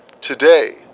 Today